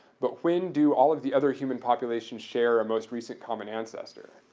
but when do all of the other human population share a most recent common ancestor?